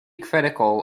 critical